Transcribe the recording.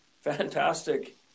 fantastic